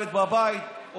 ומכיתה ד' בבית,